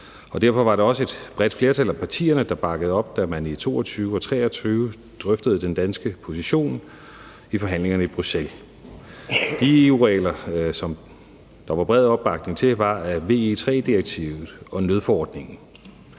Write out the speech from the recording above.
derfor var det også et bredt flertal af partierne, der bakkede op, da man i 2022 og 2023 drøftede den danske position i forhandlingerne i Bruxelles. De EU-regler, som der var bred opbakning til, var VE III-direktivet og nødforordningen.